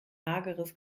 hageres